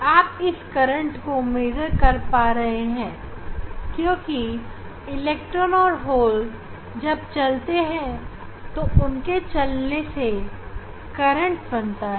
आप यह करंट नाप रहे हैं क्योंकि इलेक्ट्रॉन और होल्स जब चलते हैं तो उनके चलने से करंट बनता है